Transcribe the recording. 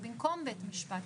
או במקום בית משפט,